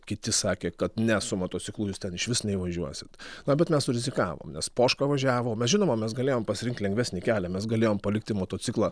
kiti sakė kad ne su motociklu jūs ten išvis neįvažiuosit na bet mes surizikavom nes poška važiavo mes žinoma mes galėjom pasirinkt lengvesnį kelią mes galėjom palikti motociklą